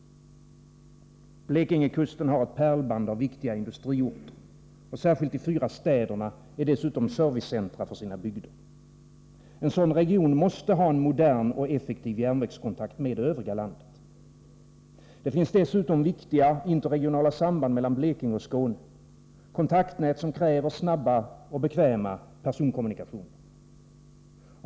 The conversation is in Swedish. Blekingekusten har ett pärlband av viktiga industriorter, och särskilt de fyra städerna är dessutom servicecentra för sina bygder. En sådan region måste ha en modern och effektiv järnvägskontakt med det övriga landet. Det finns dessutom viktiga interregionala samband mellan Blekinge och Skåne, kontaktnät som kräver snabba och bekväma personkommunikationer.